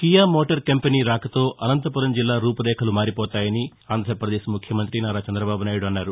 Kia motor company రాకతో అనంతపురం జిల్లా రూపురేఖలు మారిపోతాయని ఆంధ్రపదేశ్ ముఖ్యమంత్రి నారా చంద్రబాబు నాయుడు అన్నారు